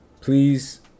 please